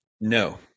No